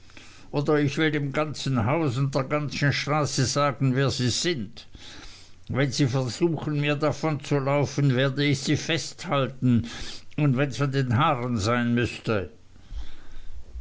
oder ich will dem ganzen haus und der ganzen straße sagen wer sie sind wenn sie versuchen mir davonzulaufen werde ich sie festhalten und wenns an den haaren sein müßte